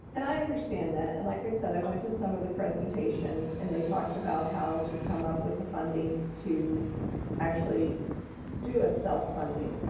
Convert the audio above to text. and i understand that, and like i said, i went to some of the presentations and they talked about how to come up with the funding to actually do a self-funding.